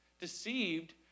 Deceived